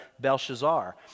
Belshazzar